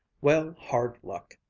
well, hard luck!